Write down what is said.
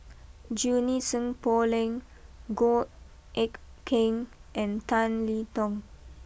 Junie Sng Poh Leng Goh Eck Kheng and Tan Li Tong